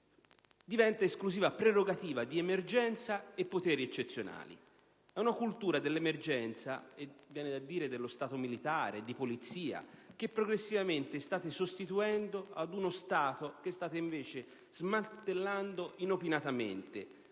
diventa esclusiva prerogativa di emergenza e poteri eccezionali. È una cultura dell'emergenza - e viene da dire - dello Stato militare, di polizia, che progressivamente state sostituendo ad uno Stato che state invece smantellando inopinatamente,